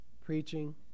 preaching